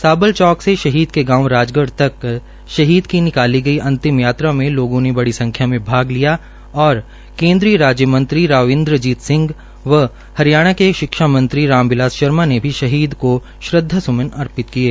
साबल चौक से शहीद के गांव राजगढ़ तक शहीद की निकाली गई अंतिम यात्रा में लोगों ने बड़ी सख्या में भाग और केन्द्रीय मंत्री राव इन्द्र जीत सिंह व हरियाणा के शिक्षा मंत्री राम बिलास शर्मा ने शहीद को श्रद्वाजंलि अर्पित किये